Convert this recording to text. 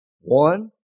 One